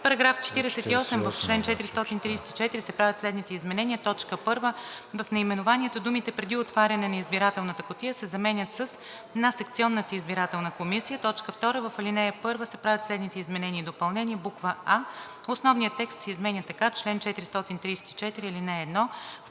„§ 48. В чл. 434 се правят следните изменения: 1. В наименованието думите „преди отваряне на избирателната кутия“ се заменят с „на секционната избирателна комисия“. 2. В ал. 1 се правят следните изменения и допълнения: а) Основният текст се изменя така: „Чл. 434. (1)